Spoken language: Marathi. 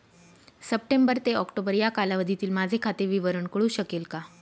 सप्टेंबर ते ऑक्टोबर या कालावधीतील माझे खाते विवरण कळू शकेल का?